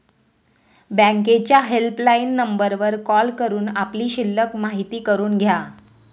बँकेच्या हेल्पलाईन नंबरवर कॉल करून आपली शिल्लक माहिती करून घ्या